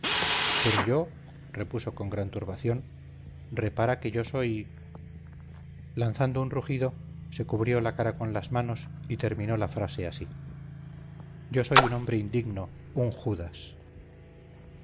pero yo repuso con gran turbación repara que yo soy lanzando un rugido se cubrió la cara con las manos y terminó la frase así yo soy un hombre indigno un judas